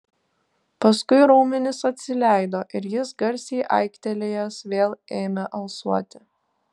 paskui raumenys atsileido ir jis garsiai aiktelėjęs vėl ėmė alsuoti